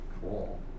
cool